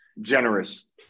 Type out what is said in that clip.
generous